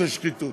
היא "שחיתות".